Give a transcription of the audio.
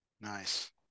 Nice